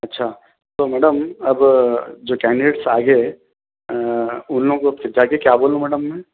اچھا تو میڈم اب جو کینڈیڈیٹس آگئے ان لوگوں کو جا کے کیا بولوں میڈم میں